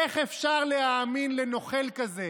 איך אפשר להאמין לנוכל כזה?